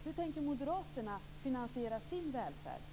Hur tänker moderaterna finansiera sin välfärd?